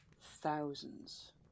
thousands